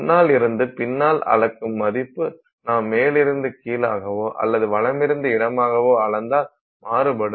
முன்னால் இருந்து பின்னால் அளக்கும் மதிப்பு நாம் மேலிருந்து கீழாகவோ அல்லது வலமிருந்து இடமாகவோ அளந்தால் மாறுபடும்